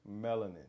melanin